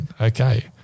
okay